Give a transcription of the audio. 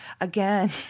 again